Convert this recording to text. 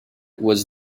was